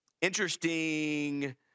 Interesting